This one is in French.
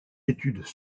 études